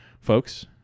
folks